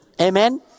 Amen